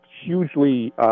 hugely